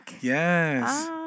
Yes